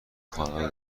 خانواده